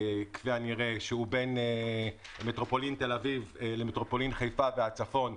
שהוא בין מטרופולין תל-אביב למטרופולין חיפה והצפון,